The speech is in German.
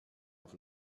auf